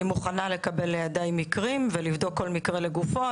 אני מוכנה לקבל לידיי מקרים ולבדוק כל מקרה לגופו.